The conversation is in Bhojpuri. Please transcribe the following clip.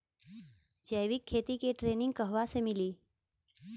जैविक खेती के ट्रेनिग कहवा मिली?